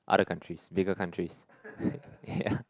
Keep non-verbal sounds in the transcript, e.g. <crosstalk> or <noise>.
other countries bigger countries <laughs> yeah